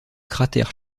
cratère